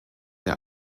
der